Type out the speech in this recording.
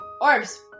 Orbs